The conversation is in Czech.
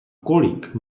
kolik